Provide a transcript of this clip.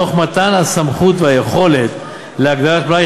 תוך מתן הסמכות והיכולת להגדיל את מלאי